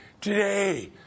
Today